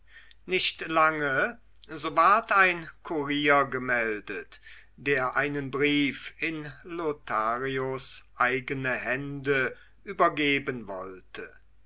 nicht lange so ward ein kurier gemeldet der einen brief in lotharios eigene hände übergeben wollte